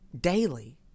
Daily